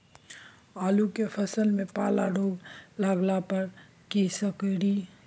आलू के फसल मे पाला रोग लागला पर कीशकरि?